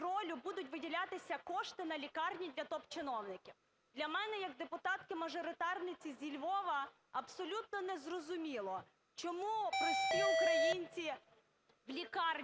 будуть виділятися кошти на лікарні для топчиновників. Для мене як депутатки-мажоритарниці зі Львова абсолютно незрозуміло, чому прості українці в лікарнях